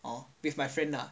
hor with my friend lah